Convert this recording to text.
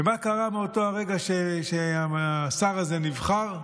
ומה קרה מאותו הרגע שהשר הזה נבחר?